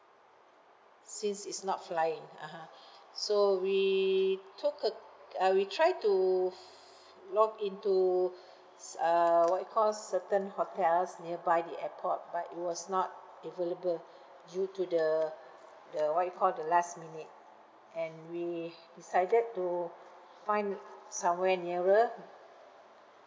since is not flying (uh huh) so we took a uh we try to log into s~ uh what you call certain hotels nearby the airport but it was not available due to the the what you call the last minute and we decided to find somewhere nearer